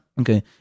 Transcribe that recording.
Okay